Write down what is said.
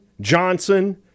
Johnson